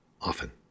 Often